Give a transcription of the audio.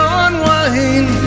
unwind